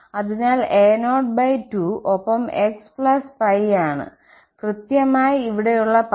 അതിനാൽ a0 2 ഒപ്പം xπ ആണ് കൃത്യമായി ഇവിടെയുള്ള പദം